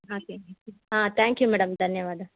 ಹಾಂ thank you madam ಧನ್ಯವಾದ